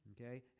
Okay